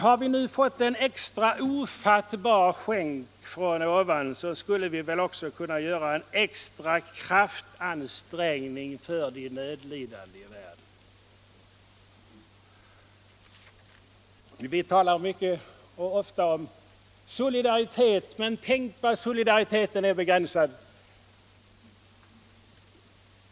Har vi nu fått en extra ofattbar skänk från ovan kan vi väl göra en extra kraftansträngning för de nödlidande i världen. Vi talar mycket och ofta om solidaritet, men tänk vad den är begränsad!